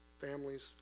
families